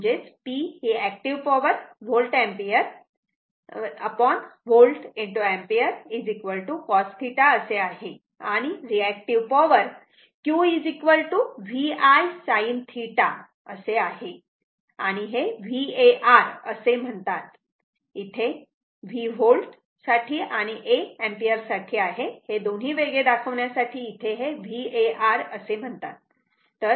म्हणजेच p ही active power volt ampere cos θ आहे आणि reactive power Q VI sin θ आहे आणि हे VAR असे म्हणतात इथे हा V व्होल्ट साठी आहे आणि हा A एम्पिअर साठी आहे आणि हे दोन्ही वेगळे दाखवण्यासाठी इथे हे VAR असे म्हणतात